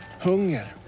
hunger